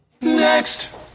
Next